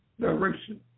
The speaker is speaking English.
direction